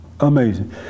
Amazing